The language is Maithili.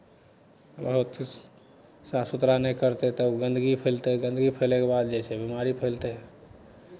बहुत साफ सुथरा नहि करतै तब गन्दगी फैलतै गन्दगी फैलयके बाद जे छै बेमारी फैलतै